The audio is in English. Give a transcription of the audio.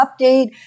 update